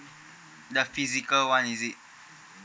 the physical one is it